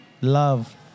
Love